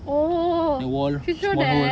oh she throw there